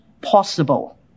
possible